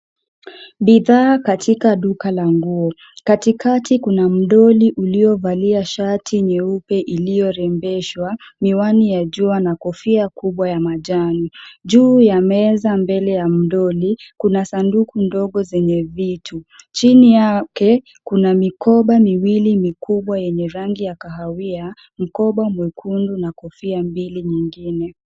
Bidhaa katika duka la nguo katikati kuna mdoli uliovalia sharti nyeupe iliyorembeshwa miwani ya jua na kofia kubwa ya majani, juu ya meza mbele ya mdoli kuna sanduku ndogo zenye vitu, chini yake kuna mikoba miwili mikubwa yenye yangi ya kahawia, mkoba mwekundu na kofia mbili nyingine.